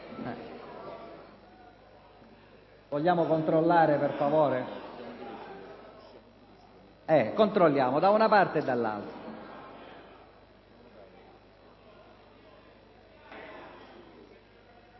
Vogliamo controllare, per favore? Controlliamo da una parte e dall’altra,